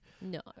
No